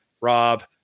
Rob